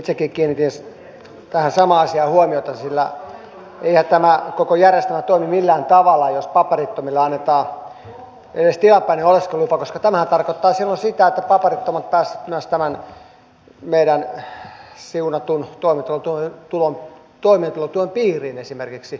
itsekin kiinnitin tähän samaan asiaan huomiota sillä eihän tämä koko järjestelmä toimi millään tavalla jos paperittomille annetaan edes tilapäinen oleskelulupa koska tämähän tarkoittaa silloin sitä että paperittomat pääsevät myös tämän meidän siunatun toimeentulotukemme piiriin esimerkiksi